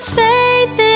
faith